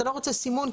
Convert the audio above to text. אתה לא רוצה סימון,